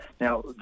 Now